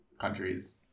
countries